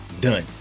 done